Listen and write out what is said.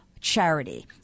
charity